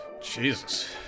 Jesus